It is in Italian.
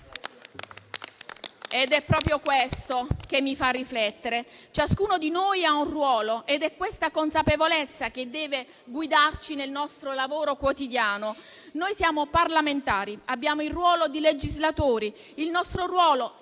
È proprio questo che mi fa riflettere: ciascuno di noi ha un ruolo ed è questa consapevolezza che deve guidarci nel nostro lavoro quotidiano. Siamo parlamentari e abbiamo il ruolo di legislatori: il nostro ruolo,